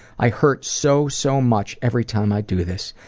i hurt so, so much every time i do this,